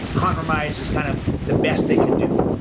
compromise is kind of the best they can do.